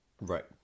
Right